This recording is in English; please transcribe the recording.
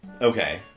Okay